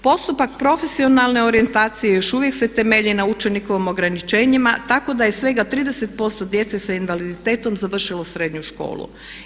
Postupak profesionalne orijentacije još uvijek se temelji na učenikovom ograničenju tako da je svega 30% djece sa invaliditetom završilo srednju školu.